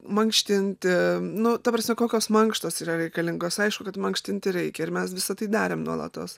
mankštinti nu ta prasme kokios mankštos yra reikalingos aišku kad mankštinti reikia ir mes visa tai darėm nuolatos